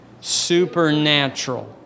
Supernatural